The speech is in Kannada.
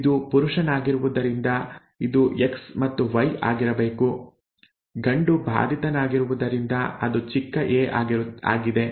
ಇದು ಪುರುಷನಾಗಿರುವುದರಿಂದ ಅದು ಎಕ್ಸ್ ಮತ್ತು ವೈ ಆಗಿರಬೇಕು ಗಂಡು ಬಾಧಿತನಾಗಿರುವುದರಿಂದ ಅದು ಚಿಕ್ಕ ಎ ಆಗಿದೆ